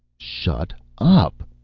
shut up!